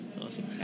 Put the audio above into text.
awesome